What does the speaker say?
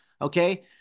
okay